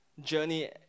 journey